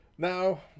Now